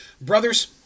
brothers